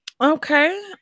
okay